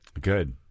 Good